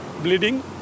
bleeding